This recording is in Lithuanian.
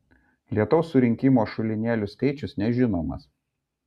lietaus surinkimo šulinėlių skaičius nežinomas